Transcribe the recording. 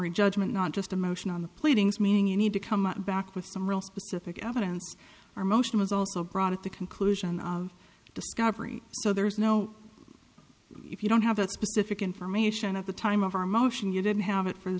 judgment not just a motion on the pleadings meaning you need to come back with some real specific evidence or motion was also brought at the conclusion of discovery so there is no if you don't have that specific information at the time of our motion you didn't have it from the